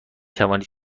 توانید